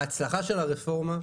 ההצלחה של הרפורמה,